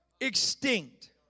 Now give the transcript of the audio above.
extinct